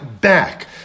back